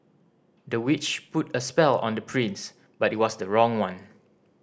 the witch put a spell on the prince but it was the wrong one